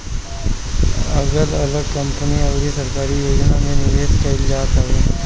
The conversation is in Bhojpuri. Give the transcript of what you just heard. अगल अलग कंपनी अउरी सरकारी योजना में निवेश कईल जात हवे